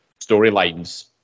storylines